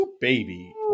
Baby